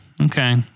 Okay